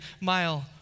mile